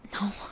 No